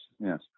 yes